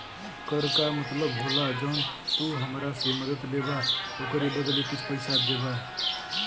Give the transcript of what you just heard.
कर का मतलब होला जौन तू हमरा से मदद लेबा ओकरे बदले कुछ पइसा देबा